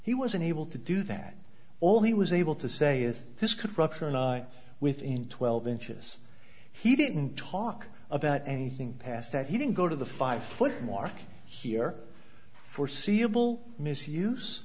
he wasn't able to do that all he was able to say is this could rupture an eye within twelve inches he didn't talk about anything past that he didn't go to the five foot mark here forseeable misuse